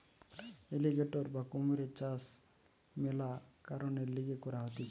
alligator বা কুমিরের চাষ মেলা কারণের লিগে করা হতিছে